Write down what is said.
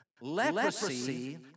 Leprosy